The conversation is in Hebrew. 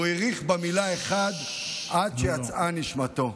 והוא האריך במילה "אחד" עד שיצאה נשמתו.